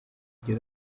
kujya